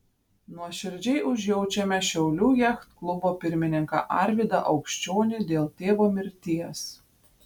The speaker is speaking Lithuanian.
nuoširdžiai užjaučiame šiaulių jachtklubo pirmininką arvydą aukščionį dėl tėvo mirties